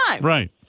Right